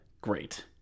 Great